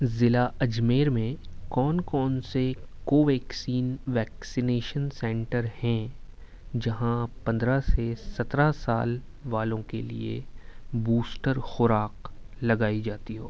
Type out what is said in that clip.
ضلع اجمیر میں کون کون سے کوویکسین ویکسینیشن سنٹر ہیں جہاں پندرہ سے سترہ سال والوں کے لیے بوسٹر خوراک لگائی جاتی ہو